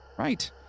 right